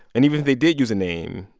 and even if they did use a name,